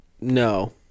No